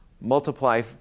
Multiply